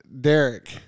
Derek